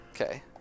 Okay